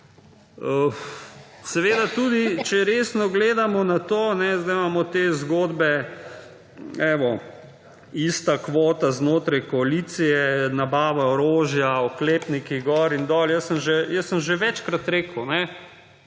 Tudi če resno gledamo na to, sedaj imamo te zgodbe, evo, ista kvota znotraj koalicije, nabava orožja, oklepniki gor in dol. Jaz sem že večkrat rekel, mi